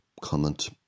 comment